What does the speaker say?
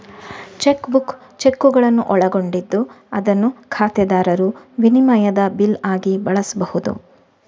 check book ಚೆಕ್ಕುಗಳನ್ನು ಒಳಗೊಂಡಿದ್ದು ಅದನ್ನು ಖಾತೆದಾರರು ವಿನಿಮಯದ ಬಿಲ್ ಆಗಿ ಬಳಸ್ಬಹುದು